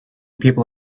people